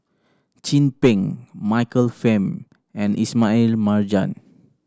Chin Peng Michael Fam and Ismail Marjan